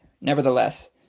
nevertheless